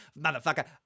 motherfucker